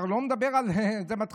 אני כבר לא מדבר על זה,